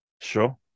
Sure